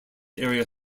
area